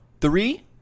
Three